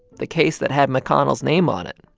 the case that had mcconnell's name on it.